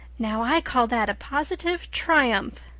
now, i call that a positive triumph.